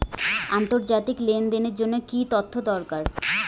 আন্তর্জাতিক লেনদেনের জন্য কি কি তথ্য দরকার?